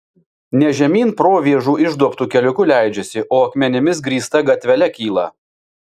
ne žemyn provėžų išduobtu keliuku leidžiasi o akmenimis grįsta gatvele kyla